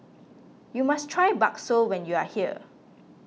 you must try Bakso when you are here